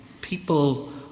People